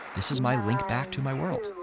this is my link back to my world.